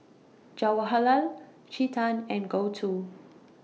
Jawaharlal Chetan and Gouthu